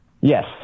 Yes